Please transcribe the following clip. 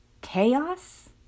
chaos